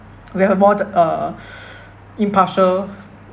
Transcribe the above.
we have a more the uh impartial